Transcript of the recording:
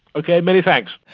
ok. many thanks.